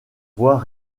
voie